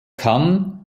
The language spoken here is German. kann